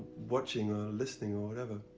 watching or listening, or whatever.